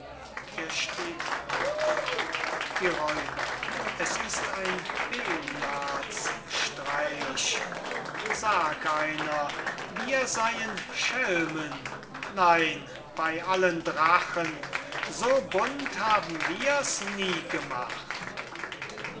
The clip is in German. die räuber es ist ein belials streich sag einer wir seyen schelmen nein bey allen drachen so bunt haben wirs nie gemacht